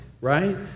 right